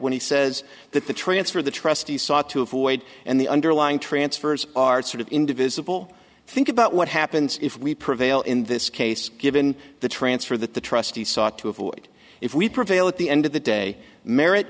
when he says that the transfer of the trustee saw to avoid and the underlying transfers are sort of indivisible think about what happens if we prevail in this case given the transfer that the trustee sought to avoid if we prevail at the end of the day merrit